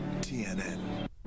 TNN